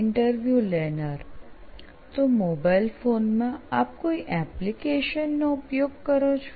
interview લેનાર તો mobile ફોનમાં આપ કોઈ એપ્લીકેશન નો ઉપયોગ કરો છો